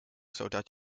zodat